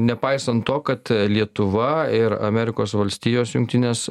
nepaisant to kad lietuva ir amerikos valstijos jungtinės